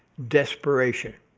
desperation.